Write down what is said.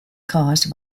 caused